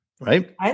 right